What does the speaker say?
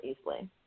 easily